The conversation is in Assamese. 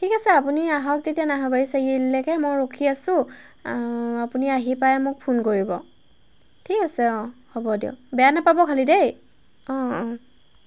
ঠিক আছে আপুনি আহক তেতিয়া নাহৰবাৰী চাৰিআলিলৈকে মই ৰখি আছোঁ আপুনি আহি পাই মোক ফোন কৰিব ঠিক আছে অঁ হ'ব দিয়ক বেয়া নাপাব খালি দেই অঁ অঁ